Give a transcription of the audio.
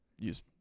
use